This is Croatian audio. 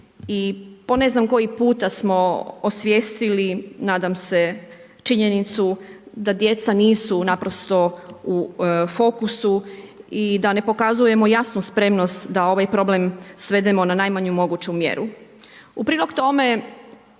i po ne znam koji puta smo osvijestili, nadam se, činjenicu da djeca nisu naprosto u fokusu i da ne pokazujemo jasnu spremnost da ovaj problem svedemo na najmanju moguću mjeru. U prilog tome